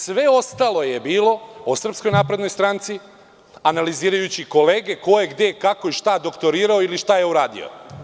Sve ostalo je bilo o Srpskoj naprednoj stranci, analizirajući kolege ko je gde, kako i šta doktorirao ili šta je uradio.